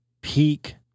peak